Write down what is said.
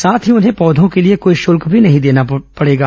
साथ ही उन्हें पौधों के लिए कोई शल्क भी नहीं देना पडेगा